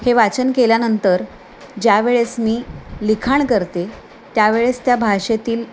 हे वाचन केल्यानंतर ज्या वेळेस मी लिखाण करते त्यावेळेस त्या भाषेतील